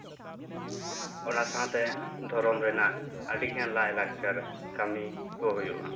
ᱚᱱᱟ ᱥᱟᱶᱛᱮ ᱫᱷᱚᱨᱚᱢ ᱨᱮᱱᱟᱜ ᱟᱹᱰᱤᱜᱟᱱ ᱞᱟᱭᱼᱞᱟᱠᱪᱟᱨ ᱠᱟᱹᱢᱤ ᱠᱚ ᱦᱩᱭᱩᱜᱼᱟ